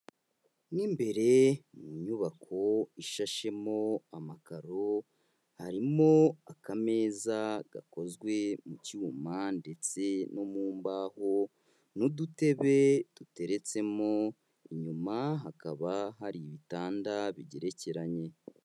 Mo imbere mu nyubako ishashemo amakaro harimo akameza gakozwe mu cyuma ndetse no mu mbaho n'udutebe duteretsemo, inyuma hakaba hari ibitanda bigerekeranye.